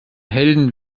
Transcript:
helden